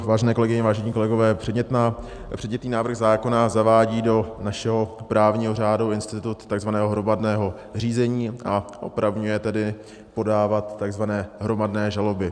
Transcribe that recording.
Vážené kolegyně, vážení kolegové, předmětný návrh zákona zavádí do našeho právního řádu institut takzvaného hromadného řízení a opravňuje tedy podávat takzvané hromadné žaloby.